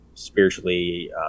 Spiritually